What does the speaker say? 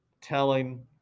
telling